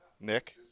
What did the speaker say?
Nick